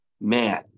man